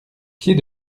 pied